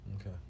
Okay